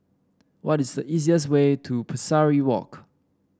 what is the easiest way to Pesari Walk